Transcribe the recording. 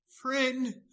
Friend